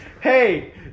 Hey